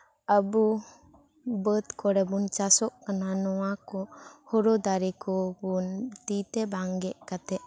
ᱟᱵᱚ ᱵᱟᱹᱫ ᱠᱚᱨᱮ ᱵᱚᱱ ᱪᱟᱥᱚᱜ ᱠᱟᱱᱟ ᱱᱚᱣᱟ ᱠᱚ ᱦᱳᱲᱳ ᱫᱟᱨᱮ ᱠᱚᱵᱚᱱ ᱛᱤ ᱛᱮ ᱵᱟᱝ ᱜᱮᱫ ᱠᱟᱛᱮ